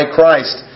Christ